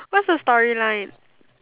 what's the storyline